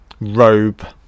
robe